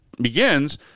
begins